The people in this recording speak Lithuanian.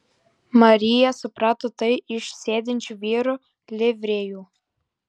marija suprato tai iš sėdinčių vyrų livrėjų